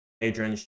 adrian